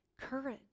courage